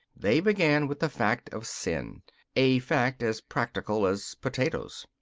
they began with the fact of sin a fact as practical as potatoes.